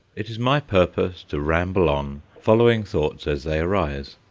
it is my purpose to ramble on, following thoughts as they arise,